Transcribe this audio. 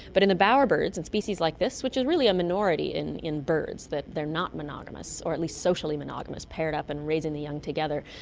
but in the bowerbirds and species like this, which is really a minority in in birds that they're not monogamous or at least socially monogamous, paired up and raising the young together.